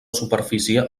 superfície